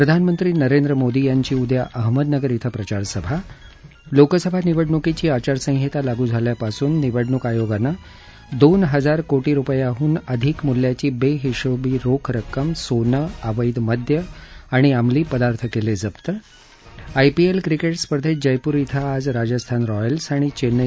प्रधानमंत्री नरेंद्र मोदी यांची उदया अहमदनगर इथं प्रचारसभा लोकसभा निवडणुकीची आचारसंहिता लागू झाल्यापासून निवडणूक आयोगानं दोन हजार कोटी रुपयाह्न अधिक मुल्याची बेहिशेबी रोख रक्कम सोनं अवैध मद्य आणि अंमलीपदार्थ जप्त आयपीएल क्रिकेट स्पर्धेत जयपूर इथं आज राजस्थान रॉयल्स आणि चेन्नई